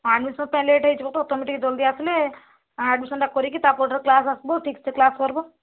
admission ପାଇଁ late ହେଇଯିବ ତ ତମେ ଟିକେ ଜଲଦି ଆସିଲେ ଆଡ଼୍ମିଶନ୍ଟା କରିକି ତା'ପର ଦିନ କ୍ଲାସ୍ ଆସିବ ଠିକ୍ ସେ କ୍ଲାସ କରିବ